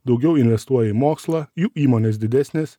daugiau investuoja į mokslą jų įmonės didesnės